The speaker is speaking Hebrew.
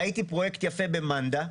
ראיתי פרויקט יפה במנדא,